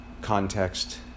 context